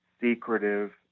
secretive